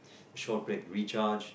short break recharge